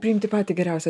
priimti patį geriausią